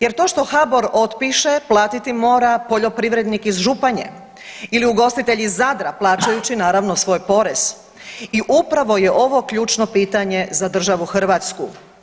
Jer to što HBOR otpiše platiti mora poljoprivrednik iz Županje ili ugostitelj iz Zadra plaćajući naravno svoj porez i upravo je ovo ključno pitanje za državu Hrvatsku.